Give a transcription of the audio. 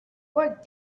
work